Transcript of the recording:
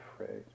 afraid